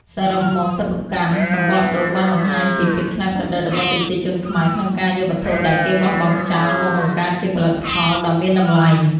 សរុបមក សិប្បកម្មសំបកដូងបានបង្ហាញពីភាពច្នៃប្រឌិតរបស់ប្រជាជនខ្មែរក្នុងការយកវត្ថុដែលគេបោះបង់ចោលមកបង្កើតជាផលិតផលដ៏មានតម្លៃ។